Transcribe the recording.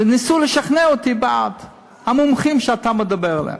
וניסו לשכנע אותי בעד, המומחים שאתה מדבר עליהם.